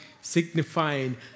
signifying